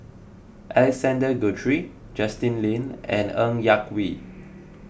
Alexander Guthrie Justin Lean and Ng Yak Whee